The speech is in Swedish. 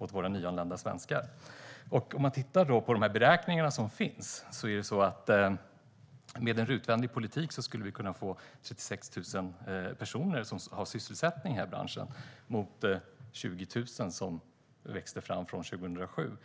mot våra nyanlända svenskar. Man kan titta på de beräkningar som finns. Med en RUT-vänlig politik skulle vi kunna få 36 000 personer som har sysselsättning i den här branschen, jämfört med 20 000 som växte fram från 2007.